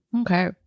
Okay